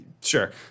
sure